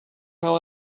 how